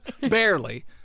barely